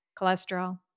Cholesterol